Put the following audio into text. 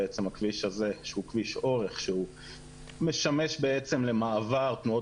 בעצם הכביש הזה שהוא כביש אורך שמשמש למעבר תנועות